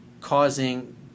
causing